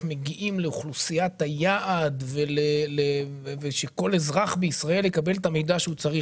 מגיעים לאוכלוסיית היעד ושכל אזרח בישראל יקבל את המידע שהוא צריך.